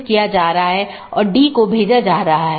तो यह एक तरह से पिंगिंग है और एक नियमित अंतराल पर की जाती है